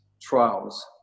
trials